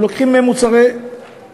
היו לוקחים מהן מוצרים חשמליים.